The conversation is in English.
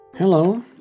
Hello